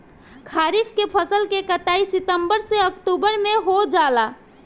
खरीफ के फसल के कटाई सितंबर से ओक्टुबर में हो जाला